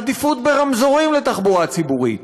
עדיפות ברמזורים לתחבורה ציבורית,